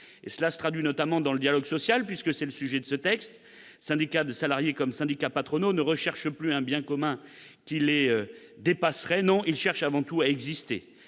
Cela se traduit notamment dans le dialogue social, sujet de ce texte : syndicats de salariés comme syndicats patronaux ne recherchent plus un bien commun qui les dépasserait ; non, ils cherchent avant tout à exister